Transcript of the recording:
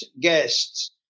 guests